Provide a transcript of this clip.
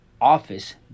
office